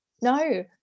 no